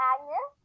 Agnes